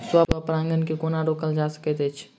स्व परागण केँ कोना रोकल जा सकैत अछि?